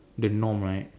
the norm right